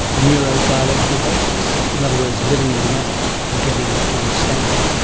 a neurobiological basis in other words living in the now and getting to understand it.